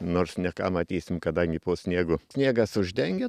nors ne ką matysim kadangi po sniegu sniegas uždengia